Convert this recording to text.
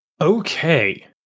Okay